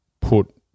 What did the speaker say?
put